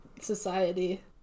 society